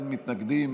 אין מתנגדים,